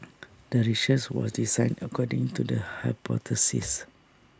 the research was designed according to the hypothesis